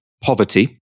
poverty